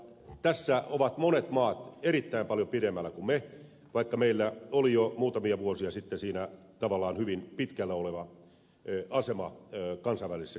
tässä ovat monet maat erittäin paljon pidemmällä kuin me vaikka meillä oli jo muutamia vuosia sitten siinä tavallaan hyvin pitkällä oleva asema kansainvälisessä kilpailussa